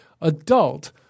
Adult